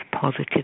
positive